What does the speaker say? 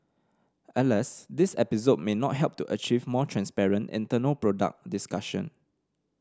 alas this episode may not help to achieve more transparent internal product discussion